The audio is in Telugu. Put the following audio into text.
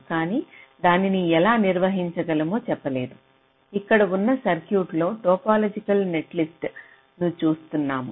కానీ దానిని ఎలా నిర్వహించాలో చెప్పలేదు ఇక్కడ ఉన్న సర్క్యూట్ లో టోపోలాజికల్ నెట్లిస్ట్ను చూస్తున్నాము